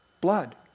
Blood